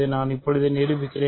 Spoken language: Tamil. இதை நான் இப்போது நிரூபிக்கிறேன்